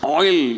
oil